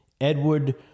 Edward